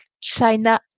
China